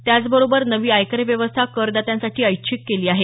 त्याचबरोबर नवी आयकर व्यवस्था करदात्यांसाठी ऐच्छिक केली आहे